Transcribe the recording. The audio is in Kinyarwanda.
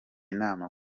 inama